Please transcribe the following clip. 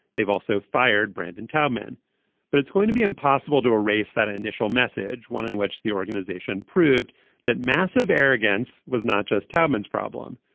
they've also fired brandon tillman but it's going to be impossible to a race that initial message one in which the organization proved that massive arrogance was not just tillman's problem.